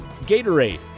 Gatorade